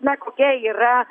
na kokia yra